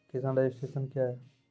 किसान रजिस्ट्रेशन क्या हैं?